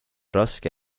raske